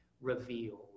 revealed